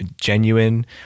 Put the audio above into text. genuine